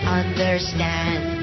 understand